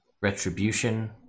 retribution